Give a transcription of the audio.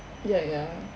ya ya